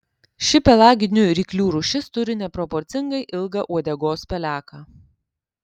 ši pelaginių ryklių rūšis turi neproporcingai ilgą uodegos peleką